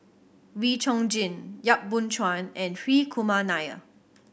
Wee Chong Jin Yap Boon Chuan and Hri Kumar Nair